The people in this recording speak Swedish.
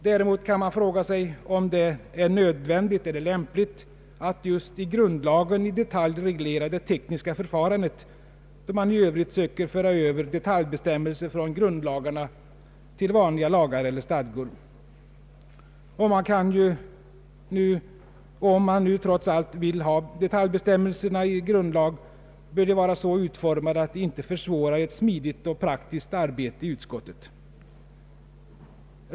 Däremot kan man fråga sig, om det är nödvändigt eller lämpligt att just i grundlagen i detalj reglera det tekniska förfarandet då man i övrigt söker föra över detaljbestämmelser från grundlagarna till vanliga lagar eller stadgor. Och om man nu trots allt vill ha detaljbestämmelserna i grundlag bör de vara så utformade, att de inte försvårar ett smidigt och praktiskt arbete i utskottet.